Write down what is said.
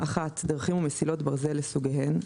(1)דרכים ומסילות ברזל לסוגיהן,